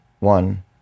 One